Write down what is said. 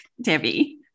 Debbie